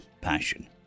passion